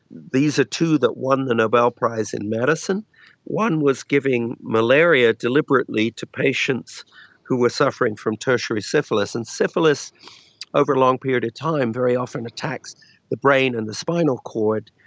these are two that won the nobel prize in medicine one was giving malaria deliberately to patients who were suffering from tertiary syphilis. and syphilis over a long period time very often attacks the brain and the spinal cord,